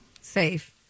safe